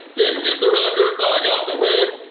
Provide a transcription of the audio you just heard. didn't get the record but i got the win!